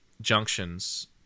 junctions